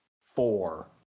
four